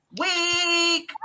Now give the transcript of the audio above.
week